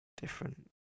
different